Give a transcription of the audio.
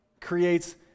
creates